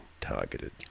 targeted